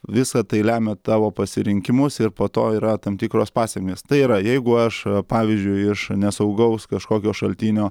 visa tai lemia tavo pasirinkimus ir po to yra tam tikros pasekmės tai yra jeigu aš pavyzdžiui iš nesaugaus kažkokio šaltinio